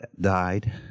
died